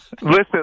listen